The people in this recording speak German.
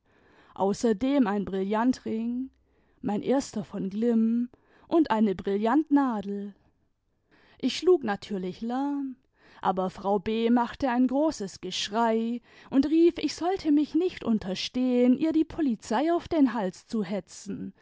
außerdem ein brillantring mein erster von glimm und eine brillantnadel ich schlug natürlich lärm aber frau b machte ein großes geschrei und rief ich sollte mich nicht unterstehen ihr die polizei auf den hals zu hetzen